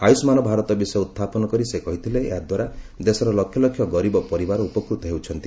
ଆୟୁଷ୍ମାନ ଭାରତ ବିଷୟ ଉତ୍ଥାପନ କରି ସେ କହିଥିଲେ ଏହା ଦ୍ୱାରା ଦେଶର ଲକ୍ଷ ଲକ୍ଷ ଗରିବ ପରିବାର ଉପକୃତ ହେଉଛନ୍ତି